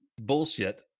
bullshit